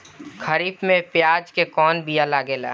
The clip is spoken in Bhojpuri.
खरीफ में प्याज के कौन बीया लागेला?